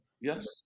Yes